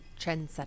trendsetter